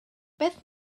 beth